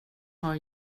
har